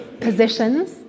positions